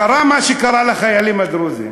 כשקרה מה שקרה לחיילים הדרוזים